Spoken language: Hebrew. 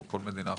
או בכל מדינה אחרת?